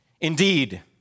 indeed